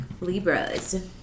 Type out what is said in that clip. Libras